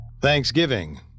Thanksgiving